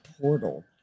portal